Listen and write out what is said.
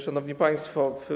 Szanowni Państwo!